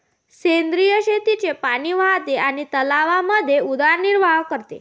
सेंद्रिय शेतीचे पाणी वाहते आणि तलावांमध्ये उदरनिर्वाह करते